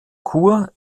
chur